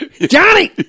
Johnny